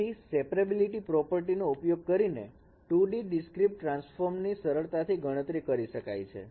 તેથી separability property નો ઉપયોગ કરીને 2D ડીસ્ક્રિટ ટ્રાન્સફોર્મ ની સરળતાથી ગણતરી કરી શકાય છે